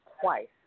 twice